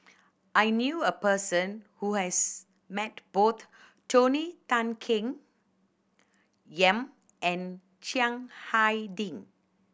I knew a person who has met both Tony Tan Keng Yam and Chiang Hai Ding